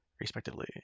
respectively